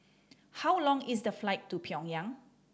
how long is the flight to Pyongyang